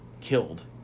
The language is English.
killed